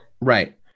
Right